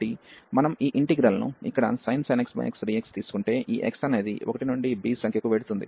కాబట్టి మనం ఈ ఇంటిగ్రల్ ను ఇక్కడ sin x x dx తీసుకుంటే ఈ x అనేది 1 నుండి b సంఖ్య కు వెళుతుంది